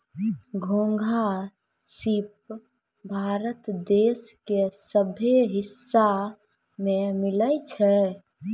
घोंघा, सिप भारत देश के सभ्भे हिस्सा में मिलै छै